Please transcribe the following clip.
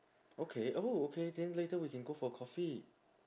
okay oh okay then later we can go for coffee